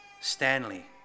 Stanley